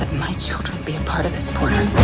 and my children be a part of this, porter.